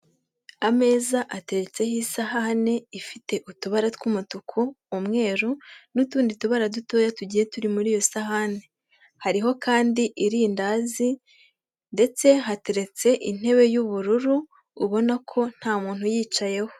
Ameza ateretseho isahane ifite utubara tw'umutuku, umweru n'utundi tubara dutoya tugiye turi muri iyo sahani, hariho kandi irindazi ndetse hateretse intebe y'ubururu, ubona ko nta muntu uyicayeho.